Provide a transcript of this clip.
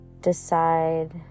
decide